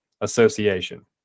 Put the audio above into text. Association